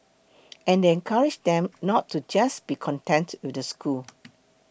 and they encourage them not to just be content with the school